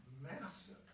massive